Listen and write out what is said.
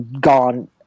gone